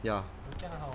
ya